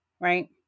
Right